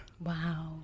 Wow